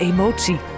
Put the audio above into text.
Emotie